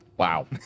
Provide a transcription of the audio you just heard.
Wow